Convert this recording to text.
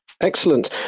Excellent